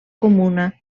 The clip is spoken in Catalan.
comuna